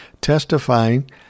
testifying